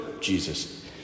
Jesus